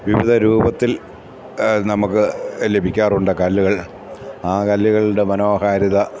വിവിധ രൂപത്തിൽ നമുക്ക് ലഭിക്കാറുണ്ട് കല്ലുകൾ ആ കല്ലുകളുടെ മനോഹാരിത